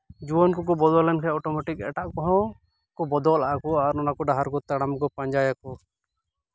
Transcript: ᱡᱩᱣᱟᱹᱱ ᱠᱚᱠᱚ ᱵᱚᱫᱚᱞ ᱞᱮᱱᱠᱷᱟᱡ ᱚᱴᱳᱢᱮᱴᱤᱠ ᱮᱴᱟᱜ ᱠᱚᱦᱚᱸ ᱠᱚ ᱵᱚᱫᱚᱞᱚᱜᱼᱟ ᱠᱚ ᱟᱨ ᱚᱱᱟ ᱠᱚ ᱰᱟᱦᱟᱨ ᱠᱚ ᱛᱟᱲᱟᱢ ᱠᱚ ᱯᱟᱸᱡᱟᱭᱟᱠᱚ